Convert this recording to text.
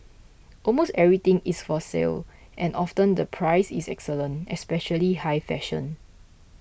almost everything is for sale and often the price is excellent especially high fashion